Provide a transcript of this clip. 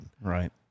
Right